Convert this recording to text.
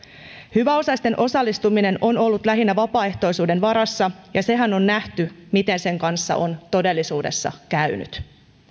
hyväosaisten osallistuminen on ollut lähinnä vapaaehtoisuuden varassa ja sehän on nähty miten sen kanssa on todellisuudessa käynyt